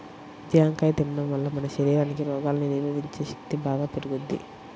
జాంకాయ తిండం వల్ల మన శరీరానికి రోగాల్ని నిరోధించే శక్తి బాగా పెరుగుద్ది